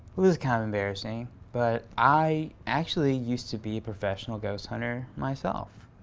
well, it's kind of embarrassing, but, i actually used to be a professional ghost hunter myself,